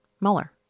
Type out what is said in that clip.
Mueller